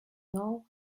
know